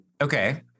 Okay